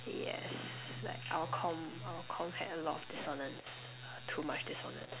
yes like our comm our comm had a lot of dissonance too much dissonance